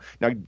now